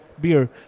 beer